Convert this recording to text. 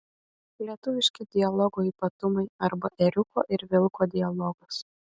lietuviški dialogo ypatumai arba ėriuko ir vilko dialogas